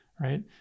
right